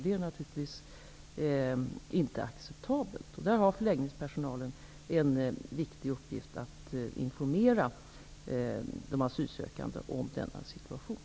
Det är naturligtvis inte acceptabelt. Förläggningspersonalen har en viktigt uppgift att informera de asylsökande om denna situation.